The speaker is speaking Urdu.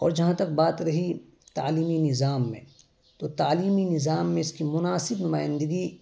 اور جہاں تک بات رہی تعلیمی نظام میں تو تعلیمی نظام میں اس کی مناسب نمائندگی